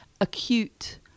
acute